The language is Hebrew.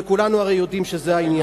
וכולנו הרי יודעים שזה העניין.